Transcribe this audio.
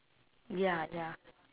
ya ya